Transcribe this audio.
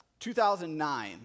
2009